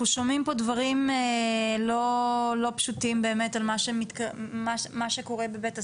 אנחנו שומעים פה דברים באמת לא פשוטים על מה שקורה בבית הספר,